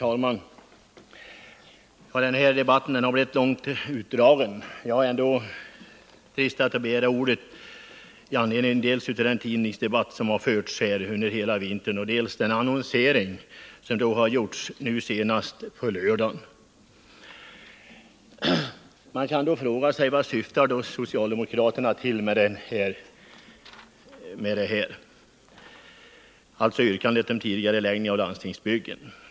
Herr talman! Den här debatten har blivit långt utdragen. Jag har ändå dristat mig att begära ordet i anledning av dels den tidningsdebatt som har förts under hela vintern, dels den annonsering som har gjorts, nu senast i lördags. Man kan fråga sig: Vad syftar socialdemokraterna till med yrkandet om tidigareläggning av landstingsbyggen?